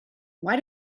why